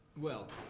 well